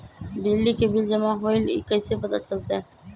बिजली के बिल जमा होईल ई कैसे पता चलतै?